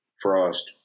Frost